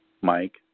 Mike